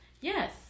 Yes